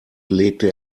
legte